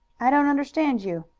i don't understand you.